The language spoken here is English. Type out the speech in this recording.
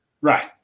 Right